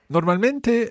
Normalmente